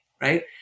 right